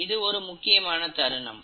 இது ஒரு முக்கியமான தருணம்